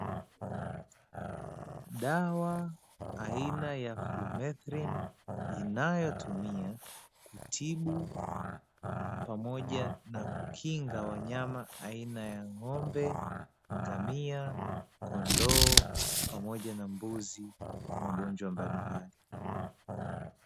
Dawa aina ya "Flumethrin", inayotumiwa kutibu pamoja na kukinga wanyama aina ya: ng’ombe, ngamia, kondoo, pamoja na mbuzi; kwa magonjwa mbalimbali.